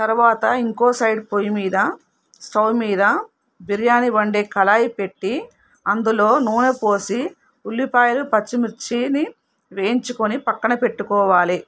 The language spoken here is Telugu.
తర్వాత ఇంకొక సైడ్ పొయ్యి మీద స్టవ్ మీద బిర్యానీ వండే కడాయి పెట్టి అందులో నూనె పోసి ఉల్లిపాయలు పచ్చిమిర్చిని వేయించుకుని పక్కన పెట్టుకోవాలి